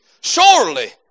Surely